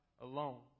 alone